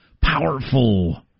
powerful